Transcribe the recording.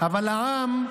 אבל העם,